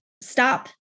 stop